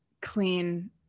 clean